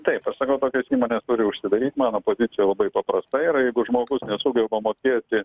taip aš sakau tokios įmonės turi užsidaryt mano pozicija labai paprasta yra jeigu žmogus nesugeba mokėti